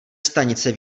stanice